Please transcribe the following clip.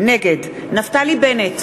נגד נפתלי בנט,